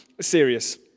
serious